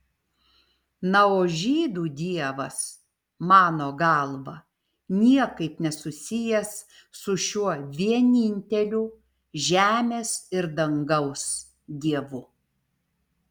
na o žydų dievas mano galva niekaip nesusijęs su šiuo vieninteliu žemės ir dangaus dievu